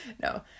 no